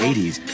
80s